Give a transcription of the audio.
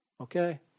okay